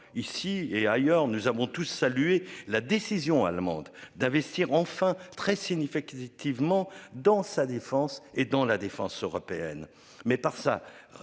ici et ailleurs, nous avons tous salué la décision allemande d'investir enfin très significativement dans sa défense et dans la défense européenne